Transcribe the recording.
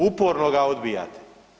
Uporno ga odbijate.